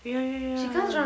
ya ya ya